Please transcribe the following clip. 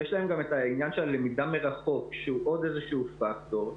יש להם גם את העניין של הלמידה מרחוק שהוא עוד איזשהו פקטור,